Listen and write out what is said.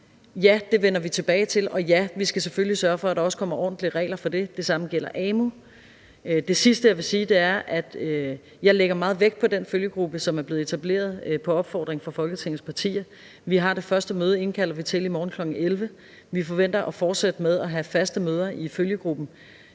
Ja, det vender vi tilbage til, og ja, vi skal selvfølgelig sørge for, at der også kommer ordentlige regler der; det samme gælder amu. Det sidste, jeg vil sige, er, at jeg lægger meget vægt på den følgegruppe, som er blevet etableret på opfordring af Folketingets partier. Vi har det første møde, som vi indkalder til, i morgen kl. 11. Vi forventer at fortsætte med at have faste møder i følgegruppen,